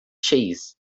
cheese